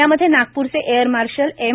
यामध्ये नागपूरचे air marshal M